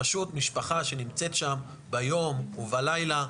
זה פשוט משפחה שנמצאת שם ביום ובלילה.